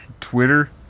Twitter